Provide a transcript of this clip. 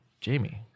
Jamie